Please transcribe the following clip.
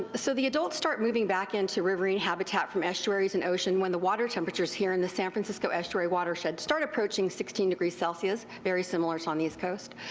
so the adults start moving back into riverine habitat from estuaries and ocean when the water temperatures here in the san francisco estuary watershed start approaching sixteen? celsius, very similar to on the east coast.